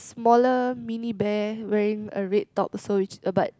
smaller mini bear wearing a red top so which uh but